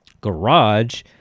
garage